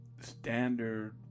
standard